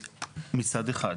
זה מצד אחד.